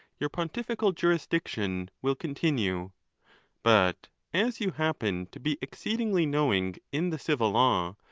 your pontifical jurisdic tion will continue but as you happen to be exceedingly knowing in the civil law,